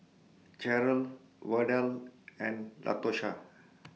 Cheryl Verdell and Latosha